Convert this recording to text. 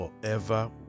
forever